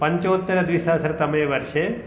पञ्चोत्तरद्विसहस्रतमे वर्षे